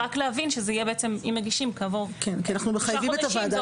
אז רק להבין שבעצם אם מגישים כעבור תשעה חודשים,